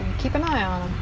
keep an eye on